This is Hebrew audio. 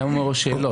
למה הוא מעורר שאלות?